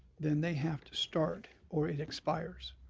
then they have to start or it expires.